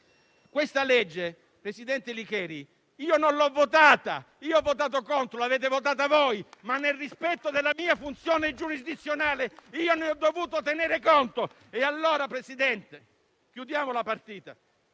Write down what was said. Questa legge, presidente Licheri, io non l'ho votata. Io ho votato contro, l'avete votata voi. Tuttavia, nel rispetto della mia funzione giurisdizionale, io ne ho dovuto tenere conto. Allora, Presidente, chiudiamo la partita.